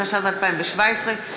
התשע"ז 2017,